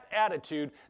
attitude